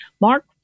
Mark